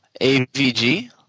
AVG